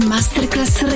Masterclass